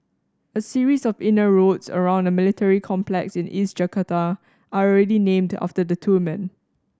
a series of inner roads around a military complex in East Jakarta are already named after the two men